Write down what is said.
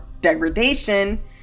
degradation